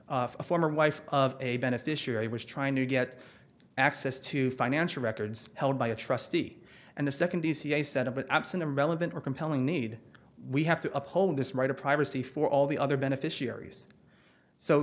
e former wife of a beneficiary was trying to get access to financial records held by a trustee and the second dca set up but absent a relevant or compelling need we have to uphold this right of privacy for all the other beneficiaries so